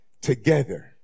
together